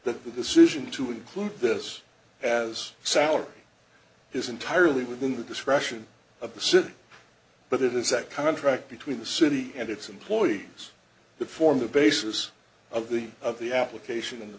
that the decision to include this as salary is entirely within the discretion of the city but it is a contract between the city and its employees the form the basis of the of the application in the